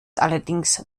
allerdings